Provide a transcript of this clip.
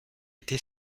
été